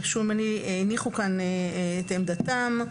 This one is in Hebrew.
הניחו כאן את עמדתם.